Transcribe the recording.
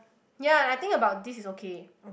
ya I think about this is okay